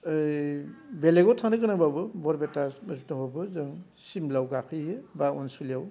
ओइ बेलेगाव थांनो गोनांब्लाबो बरपेटाफोर थांब्लाबो जों सिमलायाव गाखो हैयो बा अनसलियाव